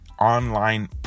online